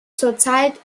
zurzeit